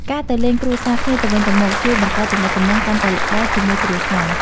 ការទៅលេងគ្រួសារគ្នាទៅវិញទៅមកជួយបង្កើតទំនាក់ទំនងកាន់តែល្អជាមួយគ្រួសារ។